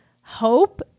hope